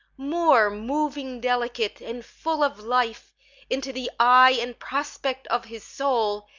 more moving-delicate, and full of life into the eye and prospect of his soul,